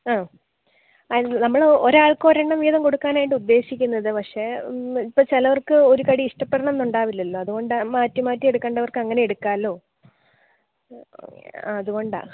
ആ അതിന് നമ്മൾ ഒരാൾക്കൊരെണ്ണം വീതം കൊടുക്കാനായിട്ടാണ് ഉദ്ദേശിക്കുന്നത് പക്ഷേ ഇപ്പം ചിലവർക്ക് ഒരു കടി ഇഷ്ടപ്പെടണം എന്ന് ഉണ്ടാകില്ലല്ലൊ അതുകൊണ്ട് മാറ്റി മാറ്റി എടുക്കേണ്ടവർക്ക് അങ്ങനെ എടുക്കാമല്ലോ ആ അത് കൊണ്ടാണ്